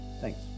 Thanks